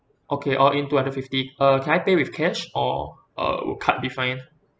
okay all in two hundred fifty uh can I pay with cash or uh would card be fine